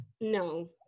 No